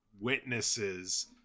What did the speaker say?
Witnesses